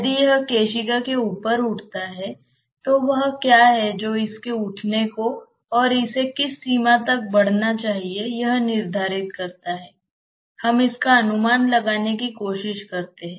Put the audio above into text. यदि यह केशिका के ऊपर उठता है तो वह क्या है जो इसके उठने को और इसे किस सीमा तक बढ़ना चाहिए यह निर्धारित करता है हम इसका अनुमान लगाने की कोशिश करते हैं